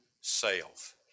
self